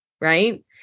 right